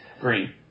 green